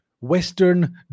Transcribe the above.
Western